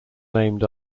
named